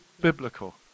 biblical